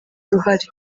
uruhare